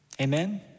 Amen